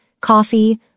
coffee